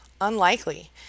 unlikely